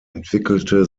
entwickelte